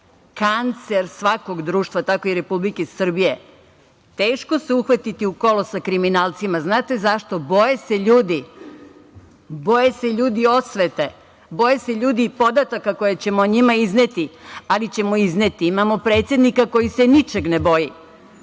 kancer svakog društva, tako i Republike Srbije. Teško se uhvatiti u kolo sa kriminalcima, znate zašto? Boje se ljudi. Boje se ljudi i podataka koje ćemo o njima izneti, ali ćemo izneti. Imamo predsednika koji se ničeg ne boji.